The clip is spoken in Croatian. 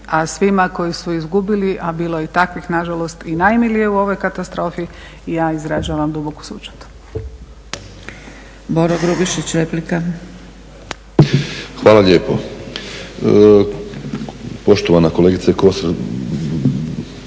A svima koji su izgubili a bilo je i takvih nažalost i najmilije u ovoj katastrofi ja izražavam duboku sućut.